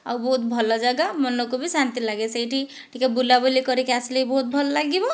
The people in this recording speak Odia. ଆଉ ବହୁତ ଭଲ ଜାଗା ମନକୁ ବି ଶାନ୍ତି ଲାଗେ ସେଇଠି ଟିକିଏ ବୁଲାବୁଲି କରିକି ଆସିଲେ ବି ବହୁତ ଭଲ ଲାଗିବ